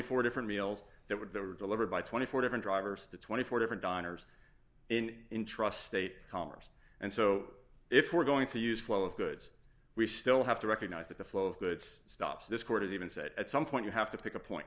four different meals that would that were delivered by twenty four different drivers to twenty four different diners in intrust state collars and so if we're going to use flow of goods we still have to recognize that the flow of goods stops this court has even said at some point you have to pick a point